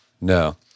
No